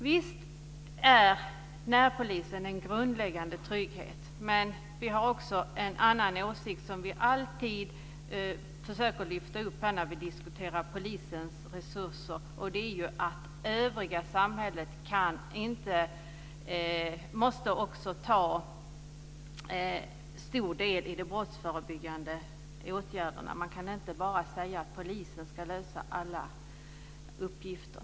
Visst är närpolisen en grundläggande trygghet, men en åsikt som vi alltid försöker lyfta fram när vi diskuterar polisens resurser är att det övriga samhället också måste ta stor del i de brottsförebyggande åtgärderna. Man kan inte bara säga att polisen ska lösa alla uppgifter.